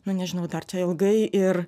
nu nežinau dar čia ilgai ir